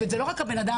וזה לא רק הבן-אדם.